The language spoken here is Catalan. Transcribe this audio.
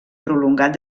prolongat